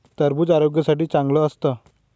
टरबूज आरोग्यासाठी चांगलं असतं